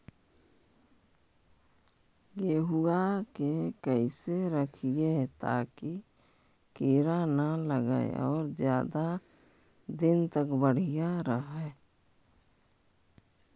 गेहुआ के कैसे रखिये ताकी कीड़ा न लगै और ज्यादा दिन तक बढ़िया रहै?